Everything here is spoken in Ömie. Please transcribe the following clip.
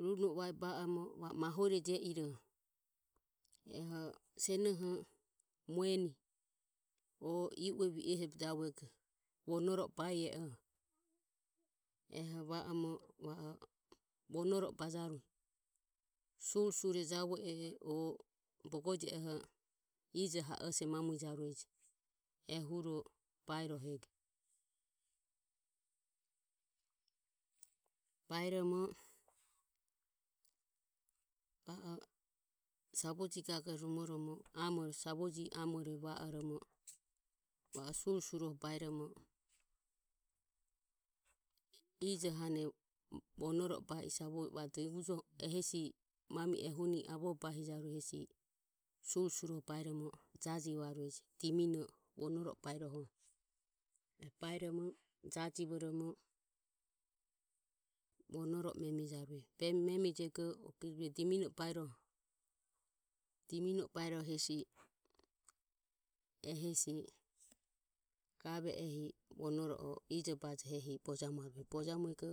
Runo e vaebe va o mahuroje iroho eho senoho mueni o i ue vi ehe javuego vuonoro o ba ie oho eho va omo va o vonoro o bajarue surisuri javue oho o boje oho ijo ha ose mamuijarueje ehuro baerohego. Baeromo va o savoji gagore rumoromo amore savoji amore va oromo va o surisurie baeromo ijohane vonoro o ba i e hesi mami ehuni avoho bahijarue hesi surisuroho baeromo jajivarueje. Demino e vuonoro o baerohoho e baeromo jajivoromo vonoro o memijarue memijego rue demino e baerohe demino e baerohe hesi ehesi gave i vonoro o ijobajoho ehi vonoro o bojamuarueje. Bojamuego